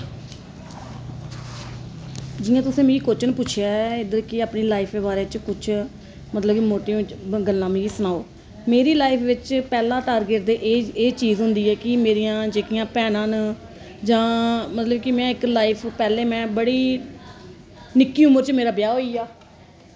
जियां तुसें मिगी क्वेच्शन आ पुच्छेआ इद्धर कि अपनी लाईफ दे बारे च कुछ मतलब कि मोटी मोटी गल्लां मिगी सनाओ मेरी लाईफ बिच्च पैह्ला टारगेट ते एह् एह् चीज़ होंदी ऐ कि मेरियां जेह्कियां भैनां न जां मतलब कि में इक लाईफ पैह्लें में बड़ी निक्की उमर च मेरा ब्याह् होई गेआ